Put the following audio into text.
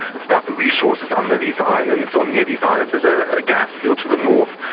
it's about the resources under these islands or near these islands, there's a ah gas fields to the north,